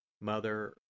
Mother